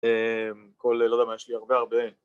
‫כל... לא יודע מה יש לי הרבה. ‫הרבה אין.